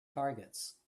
targets